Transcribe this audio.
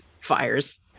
Fires